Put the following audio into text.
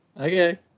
Okay